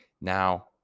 Now